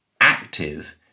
active